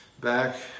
back